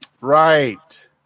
Right